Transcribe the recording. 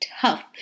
tough